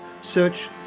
search